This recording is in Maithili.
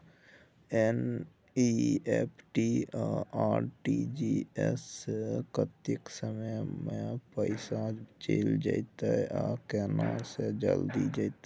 एन.ई.एफ.टी आ आर.टी.जी एस स कत्ते समय म पैसा चैल जेतै आ केना से जल्दी जेतै?